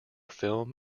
film